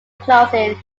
clothing